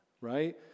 right